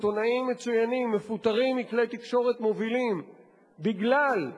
עיתונאים מצוינים מפוטרים מכלי תקשורת מובילים בגלל,